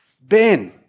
Ben